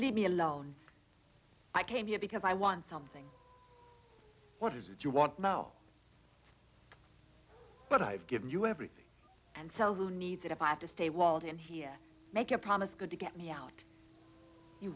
leave me alone i came here because i want something what is it you want no but i've given you everything and so who needs it if i have to stay walled in here make a promise good to get me out you